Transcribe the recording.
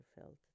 felt